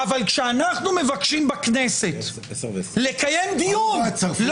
אבל כשאנחנו מבקשים לקיים דיון בכנסת,